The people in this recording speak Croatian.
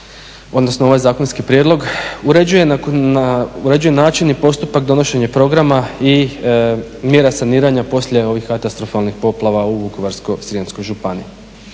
odnosno ovaj zakonski prijedlog uređuje način i postupak donošenja programa i mjera saniranja poslije ovih katastrofalnih poplava u Vukovarsko-srijemskoj županiji.